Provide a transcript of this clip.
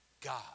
God